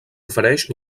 ofereix